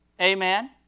Amen